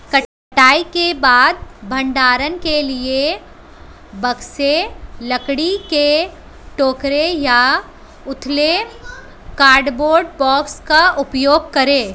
कटाई के बाद भंडारण के लिए बक्से, लकड़ी के टोकरे या उथले कार्डबोर्ड बॉक्स का उपयोग करे